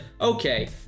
okay